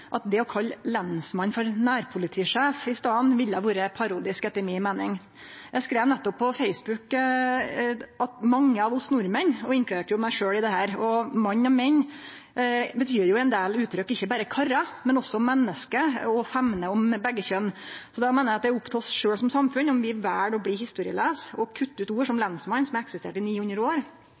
at det å kalle lensmannen «nærpolitisjef» i staden ville vore parodisk, etter mi meining. Eg skreiv nettopp på Facebook at eg inkluderte meg sjølv i omgrepet «nordmann». «Mann» og «menn» betyr jo i ein del uttrykk ikkje berre karar, men også menneske og femner om begge kjønn. Då meiner eg at det er opp til oss sjølve som samfunn om vi vel å bli historielause og kutte ut ord som «lensmann», som har eksistert i 900 år,